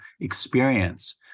experience